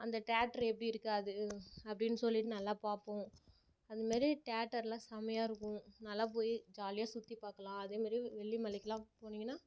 அந்த டேட்டரு எப்படி இருக்குதுஅது அப்படின்னு சொல்லிட்டு நல்லா பார்ப்போம் அதுமாரி டியேட்டர்லாம் செமையாக இருக்கும் நல்லா போய் ஜாலியாக சுற்றி பார்க்கலாம் அதேமாரி வெள்ளிமலைக்கெலாம் போனீங்கனால்